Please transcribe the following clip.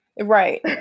Right